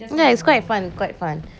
ya it's quite fun it's quite fun